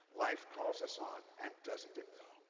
life calls us on. and doesn't it, though.